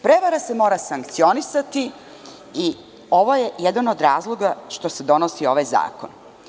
Prevara se mora sankcionisati i ovo je jedan od razloga što se donosi ovaj zakon.